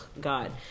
God